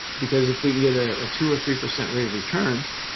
because if we can get a ah two or three percent rate of return,